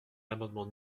l’amendement